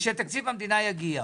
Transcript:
שתקציב המדינה יגיע.